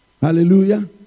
Hallelujah